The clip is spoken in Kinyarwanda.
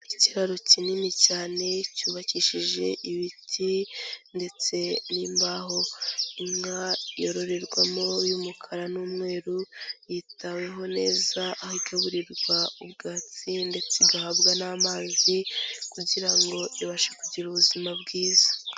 Ikiraro kinini cyane cyubakishije ibiti, ndetse n'imbaho. Inka yororerwamo y'umukara n'umweru, yitaweho neza, aho igaburirwa ubwatsi ndetse igahabwa n'amazi, kugira ngo ibashe kugira ubuzima bwiza.